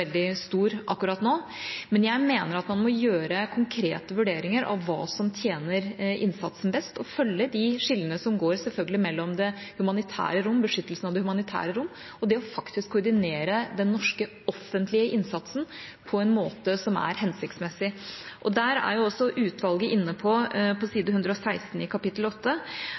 veldig stor akkurat nå. Men jeg mener at man må gjøre konkrete vurderinger av hva som tjener innsatsen best, og følge de skillene som går, selvfølgelig, mellom beskyttelsen av det humanitære rom og faktisk å koordinere den norske offentlige innsatsen på en måte som er hensiktsmessig. Det er jo også utvalget inne på, på side 116 i kapittel